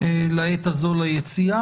לעת הזו ליציאה.